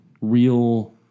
real